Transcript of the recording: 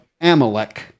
Amalek